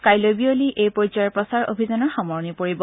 কাইলৈ বিয়লি এই পৰ্যায়ৰ প্ৰচাৰ অভিযানৰ সামৰণি পৰিব